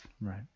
Right